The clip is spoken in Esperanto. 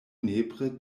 nepre